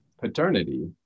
paternity